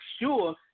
sure